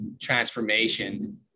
transformation